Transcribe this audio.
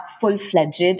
full-fledged